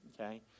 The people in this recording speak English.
okay